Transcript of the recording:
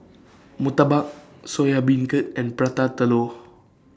Murtabak Soya Beancurd and Prata Telur